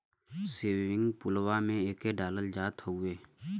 swimming पुलवा में एके डालल जात हउवे